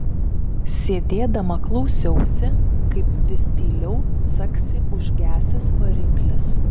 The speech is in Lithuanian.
sėdėdama klausiausi kaip vis tyliau caksi užgesęs variklis